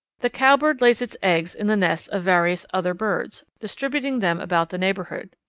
the cowbird lays its eggs in the nests of various other birds, distributing them about the neighbourhood.